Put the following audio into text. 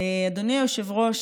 אדוני היושב-ראש,